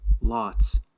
lots